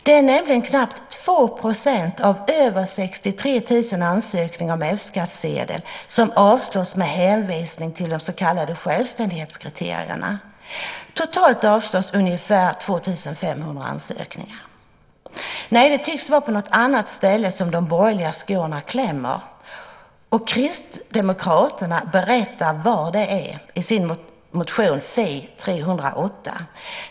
Det är nämligen knappt 2 % av över 63 000 ansökningar om F-skattsedel som avslås med hänvisning till de så kallade självständighetskriterierna. Totalt avslås ungefär 2 500 ansökningar. Nej, det tycks vara på något annat ställe som de borgerliga skorna klämmer. Kristdemokraterna berättar var det är i sin motion Fi308.